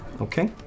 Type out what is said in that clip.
Okay